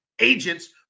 Agents